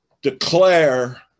Declare